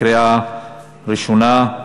בקריאה ראשונה.